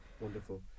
Wonderful